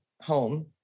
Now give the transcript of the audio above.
home